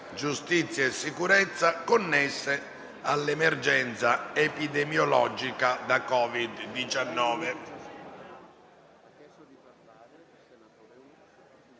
giustizia e sicurezza, connesse all'emergenza epidemiologica da COVID-19»